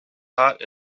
hot